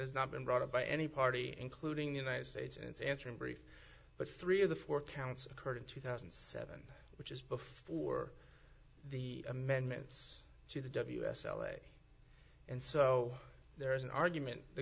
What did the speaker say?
has not been brought up by any party including the united states and its answer in brief but three of the four counts occurred in two thousand and seven which is before the amendments to the ws l a and so there is an argument the